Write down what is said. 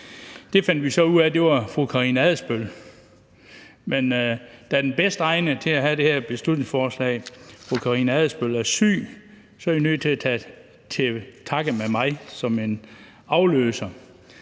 Det fandt vi så ud af var fru Karina Adsbøl. Men da den bedst egnede til at have det her beslutningsforslag, fru Karina Adsbøl, er syg, er I nødt til at tage til takke med mig som afløser.